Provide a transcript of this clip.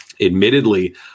Admittedly